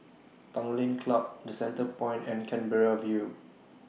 Tanglin Club The Centrepoint and Canberra View